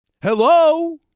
Hello